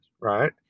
Right